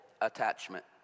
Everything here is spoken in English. attachment